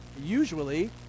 Usually